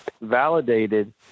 validated